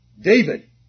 David